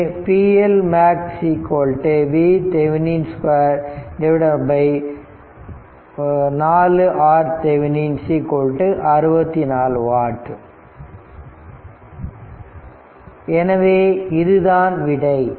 எனவே pLmax VThevenin 2 4 RThevenin 64 watt எனவே இதுதான் விடை